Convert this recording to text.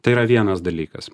tai yra vienas dalykas